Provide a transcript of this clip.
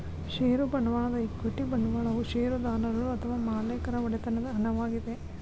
ಷೇರು ಬಂಡವಾಳದ ಈಕ್ವಿಟಿ ಬಂಡವಾಳವು ಷೇರುದಾರರು ಅಥವಾ ಮಾಲೇಕರ ಒಡೆತನದ ಹಣವಾಗಿದೆ